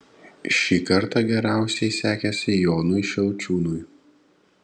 šį kartą geriausiai sekėsi jonui šiaučiūnui